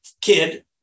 kid